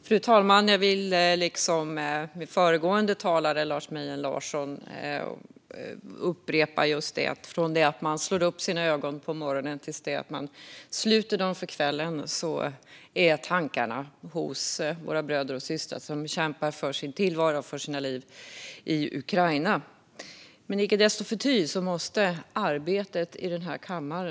Fru talman! Jag vill upprepa det som sas av föregående talare, Lars Mejern Larsson: Från det att man slår upp sina ögon på morgonen till det att man sluter dem för kvällen är tankarna hos våra bröder och systrar som kämpar för sin tillvaro och för sina liv i Ukraina. Men icke förty måste arbetet i den här kammaren fortsätta.